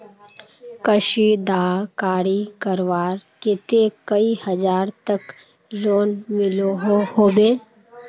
कशीदाकारी करवार केते कई हजार तक लोन मिलोहो होबे?